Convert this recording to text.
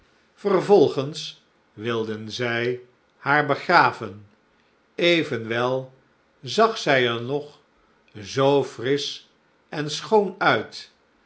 vervolgens wilden zij haar begraven evenwel zag zij er nog zoo frisch en schoon uit